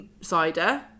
Cider